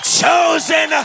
chosen